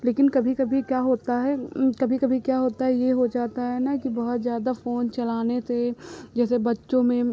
लेकिन कभी कभी क्या होता है कभी कभी क्या होता है यह हो जाता है ना कि बहुत ज़्यादा फ़ोन चलाने से जैसे बच्चों में